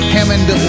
Hammond